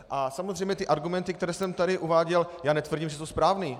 A samozřejmě ty argumenty, které jsem tady uváděl, já netvrdím, že jsou správné.